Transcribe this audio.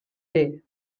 day